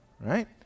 Right